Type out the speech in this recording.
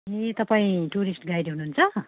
ए तपाईँ tourist guide हुनुहुन्छ